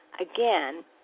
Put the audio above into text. again